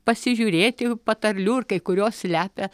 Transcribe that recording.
pasižiūrėti patarlių ir kai kurios slepia